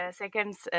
seconds